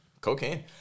Cocaine